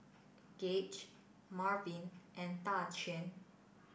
Gaige Marvin and Daquan